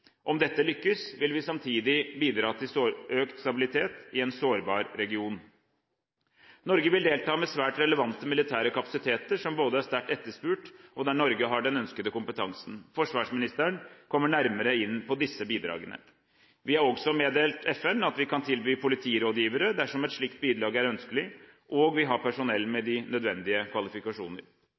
Om dette lykkes, vil vi samtidig bidra til økt stabilitet i en sårbar region. Norge vil delta med svært relevante militære kapasiteter, som er sterkt etterspurt, og der Norge har den ønskede kompetansen. Forsvarsministeren kommer nærmere inn på disse bidragene. Vi har også meddelt FN at vi kan tilby politirådgivere, dersom et slikt bidrag er ønskelig, og vi har personell med de nødvendige kvalifikasjoner.